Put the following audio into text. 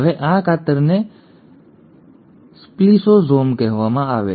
હવે આ કાતરને સ્પ્લિસોસોમ કહેવામાં આવે છે